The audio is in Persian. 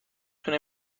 تونه